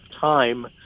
time